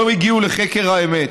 לא הגיעו לחקר האמת.